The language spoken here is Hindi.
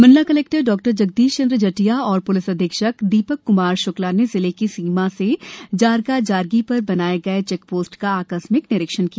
मंडला कलेक्टर डॉ जगदीश चन्द्र जटिया एवं प्लिस अधीक्षक दीपक क्मार शुक्ला ने जिले की सीमा में जारगा जारगी पर बनाए गए चैकपोस्ट का आकस्मिक निरीक्षण किया